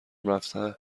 رفته